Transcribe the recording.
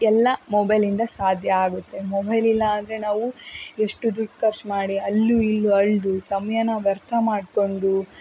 ಎಲ್ಲ ಮೊಬೈಲಿಂದ ಸಾಧ್ಯ ಆಗುತ್ತೆ ಮೊಬೈಲ್ ಇಲ್ಲಾಂದರೆ ನಾವು ಎಷ್ಟು ದುಡ್ಡು ಖರ್ಚು ಮಾಡಿ ಅಲ್ಲೂ ಇಲ್ಲೂ ಅಲ್ದು ಸಮಯಾನ ವ್ಯರ್ಥ ಮಾಡಿಕೊಂಡು